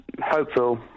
hopeful